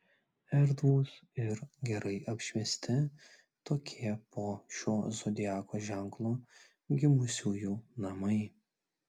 erdvūs ir gerai apšviesti tokie po šiuo zodiako ženklu gimusiųjų namai